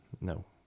No